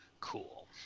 cool